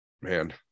Man